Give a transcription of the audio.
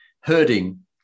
herding